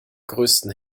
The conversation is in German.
größten